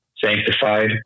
sanctified